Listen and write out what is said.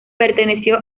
perteneció